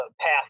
path